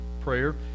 prayer